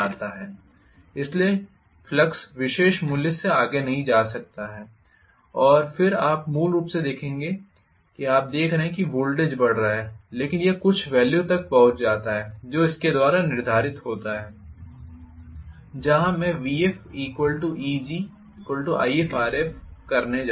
इसलिए फ्लक्स विशेष मूल्य से आगे नहीं जा सकता है और फिर आप मूल रूप से देखेंगे आप देख रहे हैं कि वोल्टेज बढ़ रहा है लेकिन यह कुछ वॅल्यू तक पहुँच जाता है जो इसके द्वारा निर्धारित होता है जहाँ मैं VfEgIfRf करने जा रहा हूँ